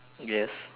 yes